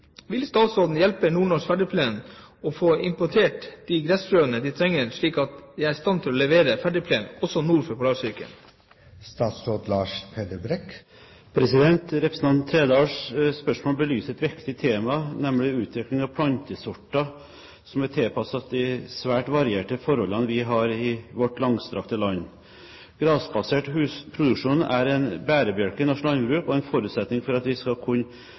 Vil statsråden hjelpe Nord-Norsk Ferdigplen å få importert de gressfrøene de trenger, slik at de er i stand til å levere ferdigplen også nord for Polarsirkelen?» Representanten Trældals spørsmål belyser et viktig tema, nemlig utvikling av plantesorter som er tilpasset de svært varierte forholdene vi har i vårt langstrakte land. Grasbasert produksjon er en bærebjelke i norsk landbruk og en forutsetning for at vi skal kunne